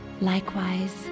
Likewise